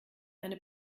eine